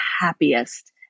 happiest